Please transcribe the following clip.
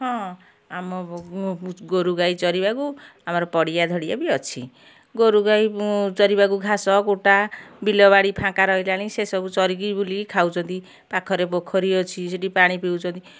ହଁ ଆମ ଗୋରୁଗାଈ ଚରିବାକୁ ଆମର ପଡ଼ିଆ ଧଡ଼ିଆ ବି ଅଛି ଗୋରୁ ଗାଈ ଚରିବାକୁ ଘାସ କୁଟା ବିଲବାଡ଼ି ଫାଙ୍କା ରହିଲାଣି ସେସବୁ ଚରିକି ବୁଲିକି ଖାଉଛନ୍ତି ପାଖରେ ପୋଖରୀ ଅଛି ସେଇଠି ପାଣି ପିଉଛନ୍ତି